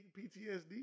PTSD